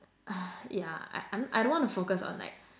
yeah I I don't wanna focus on like